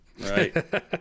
right